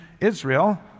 Israel